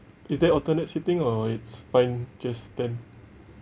is there alternate sitting or it's fine just ten